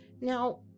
now